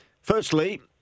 Firstly